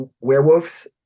werewolves